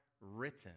written